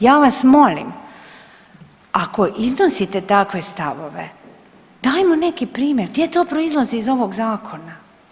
Ja vas molim ako iznosite takve stavove dajmo neki primjer, gdje to proizlazi iz ovog zakona.